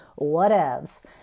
whatevs